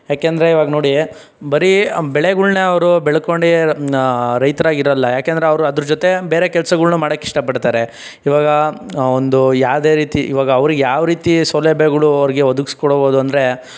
ಏಕೆಂದ್ರೆ ಇವಾಗ ನೋಡಿ ಬರೀ ಬೆಳೆಗಳನ್ನ ಅವರು ಬೆಳ್ಕೊಂಡು ರೈತರಾಗಿಲ್ಲ ಬೇರೆ ಕೆಲಸಗಳನ್ನ ಮಾಡೋಕೆ ಇಷ್ಟಪಡ್ತಾರೆ ಇವಾಗ ಒಂದು ಯಾವುದೇ ರೀತಿ ಇವಾಗ ಅವ್ರಿಗೆ ಯಾವ ರೀತಿ ಸೌಲಭ್ಯಗಳು ಅವ್ರಿಗೆ ಒದಗಿಸ್ಕೊಡಬಹ್ದು ಅಂದರೆ